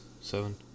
seven